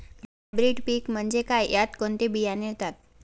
Hybrid पीक म्हणजे काय? यात कोणते बियाणे येतात?